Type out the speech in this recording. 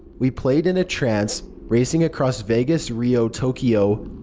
we played in a trance, racing across vegas, rio, tokyo.